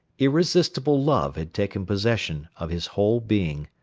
irresistible love had taken possession of his whole being.